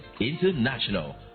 International